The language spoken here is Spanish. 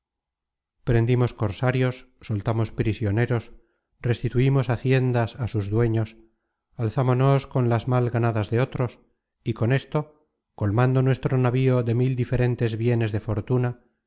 prendimos cosarios soltamos prisioneros restituimos haciendas á sus dueños alzámonos con las mal ganadas de otros y con esto colmando nuestro navío de mil diferentes bienes de fortuna